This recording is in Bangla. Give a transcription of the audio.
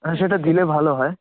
হ্যাঁ সেটা দিলে ভালো হয়